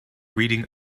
reading